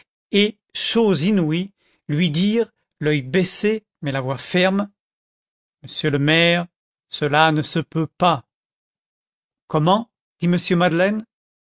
et chose inouïe lui dire l'oeil baissé mais la voix ferme monsieur le maire cela ne se peut pas comment dit m madeleine